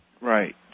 Right